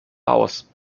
aus